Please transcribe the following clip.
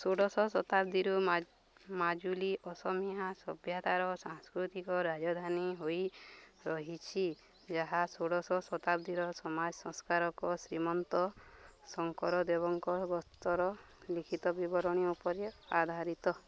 ଷୋଡ଼ଶ ଶତାବ୍ଦୀର ମାଜୁଲି ଅସମୀୟା ସଭ୍ୟତାର ସାଂସ୍କୃତିକ ରାଜଧାନୀ ହୋଇ ରହିଛି ଯାହା ଷୋଡ଼ଶ ଶତାବ୍ଦୀର ସମାଜ ସଂସ୍କାରକ ଶ୍ରୀମନ୍ତ ଶଙ୍କରଦେବଙ୍କ ଗସ୍ତର ଲିଖିତ ବିବରଣୀ ଉପରେ ଆଧାରିତ